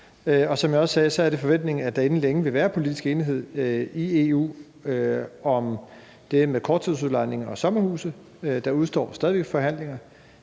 Som jeg også sagde, er det forventningen, at der inden længe vil være politisk enighed i EU om det her med korttidsudlejning og sommerhuse. Der udestår stadig væk forhandlinger,